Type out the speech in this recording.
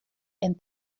and